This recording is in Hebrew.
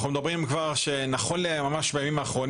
אנחנו מדברים על כך שנכון לימים האחרונים